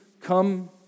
come